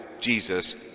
Jesus